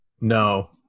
no